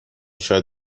شاید